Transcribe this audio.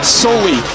solely